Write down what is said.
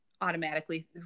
automatically